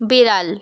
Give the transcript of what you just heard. বিড়াল